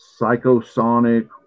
Psychosonic